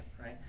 right